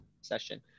session